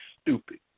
stupid